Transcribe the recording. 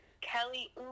Kelly